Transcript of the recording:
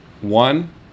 One